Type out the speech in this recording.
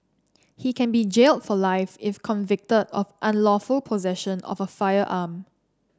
he can be jail for life if convicted of unlawful possession of a firearm